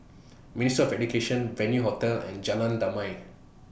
Ministry of Education Venue Hotel and Jalan Damai